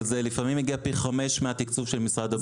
אבל לפעמים זה מגיע לפי 5 מהתקצוב של משרד הבריאות.